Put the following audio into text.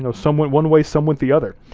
you know some went one way, some went the other.